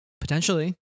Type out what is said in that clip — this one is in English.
Potentially